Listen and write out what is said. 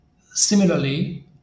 Similarly